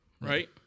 right